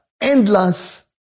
endless